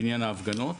בעניין ההפגנות,